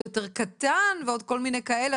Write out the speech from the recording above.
שהוא יותר קטן ועוד כל מיני כאלה,